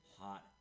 hot